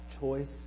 choice